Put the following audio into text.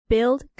Build